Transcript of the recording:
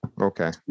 Okay